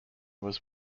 was